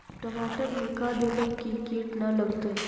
टमाटर में का देबै कि किट न लगतै?